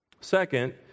Second